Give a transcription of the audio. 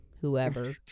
whoever